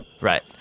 Right